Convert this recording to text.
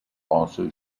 also